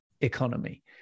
economy